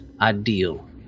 ideal